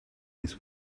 this